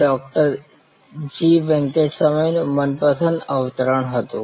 ડૉ G વેંકટસ્વામીનું મનપસંદ અવતરણ હતું